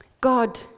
God